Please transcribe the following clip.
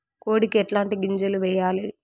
కోడికి ఎట్లాంటి గింజలు వేయాలి?